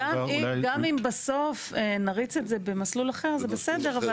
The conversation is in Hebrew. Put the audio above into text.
גם אם בסוף נריץ את זה במסלול אחר, זה בסדר.